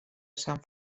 sant